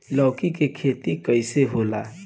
लौकी के खेती कइसे होला?